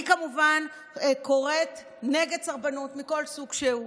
אני כמובן קוראת נגד סרבנות מכל סוג שהוא.